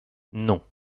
non